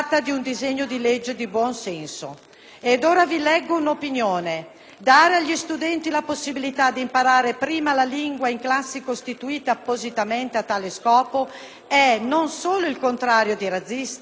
senso. Vi leggo ora un'opinione: «Dare agli studenti la possibilità di imparare prima la lingua in classi costituite appositamente a tale scopo, è non solo il contrario di razzista: è moralmente doveroso.